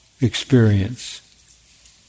experience